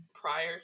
prior